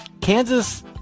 Kansas